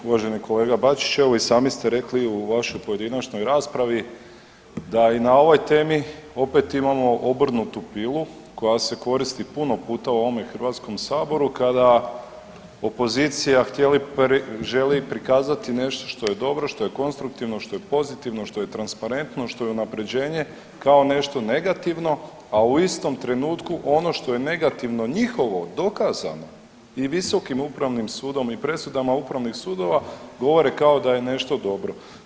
Uvaženi kolega Bačić, evo i sami ste rekli u vašoj pojedinačnoj raspravi da i na ovoj temi opet imamo obrnutu pilu koja se koristi puno puta u ovome HS kada opozicija želi prikazati nešto što je dobro, što je konstruktivno, što je pozitivno, što je transparentno, što je unaprjeđenje kao nešto negativno, a u istom trenutku ono što je negativno njihovo dokazano i visokim upravnim sudom i presudama upravnih sudova govore kao da je nešto dobro.